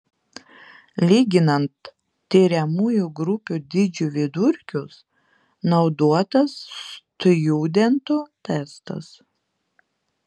lyginant tiriamųjų grupių dydžių vidurkius naudotas stjudento testas